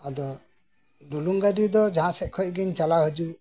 ᱟᱫᱚ ᱰᱩᱞᱩᱝ ᱜᱟᱹᱰᱤ ᱫᱚ ᱡᱟᱦᱟ ᱥᱮᱡ ᱠᱷᱚᱡ ᱜᱮᱧ ᱪᱟᱞᱟᱣ ᱦᱤᱡᱩᱜ